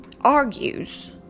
argues